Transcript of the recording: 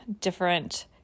different